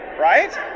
right